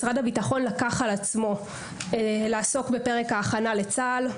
משרד הביטחון לקח על עצמו לעסוק בפרק ההכנה לצה"ל,